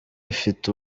ifite